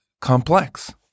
complex